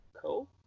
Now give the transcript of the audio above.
Cool